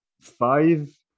five